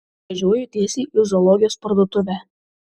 važiuoju tiesiai į zoologijos parduotuvę